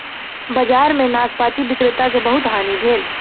बजार में नाशपाती विक्रेता के बहुत हानि भेल